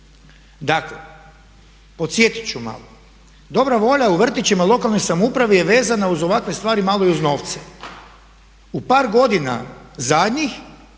Dakle, podsjetit ću malo. Dobra volja u vrtićima i lokalnoj samoupravi je vezana uz ovakve stvari malo i uz novce. U par godina zadnjih